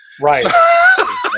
right